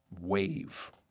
wave